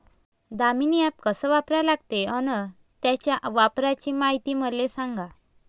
Damini app कस वापरा लागते? अन त्याच्या वापराची मायती मले सांगा